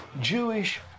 Jewish